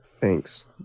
Thanks